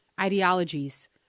ideologies